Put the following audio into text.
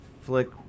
flick